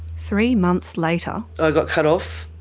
three months later. i got cut off.